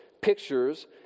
pictures